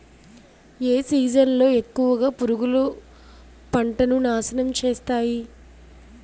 ఏ season లో ఎక్కువుగా పురుగులు పంటను నాశనం చేస్తాయి?